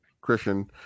Christian